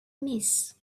miss